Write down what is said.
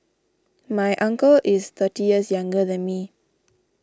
my uncle is thirty years younger than me